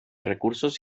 recursos